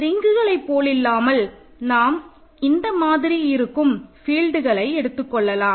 ரிங்குகளை போலில்லாமல் நாம் இந்த மாதிரி இருக்கும் ஃபீல்ட்களை எடுத்துக்கொள்ளலாம்